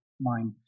mind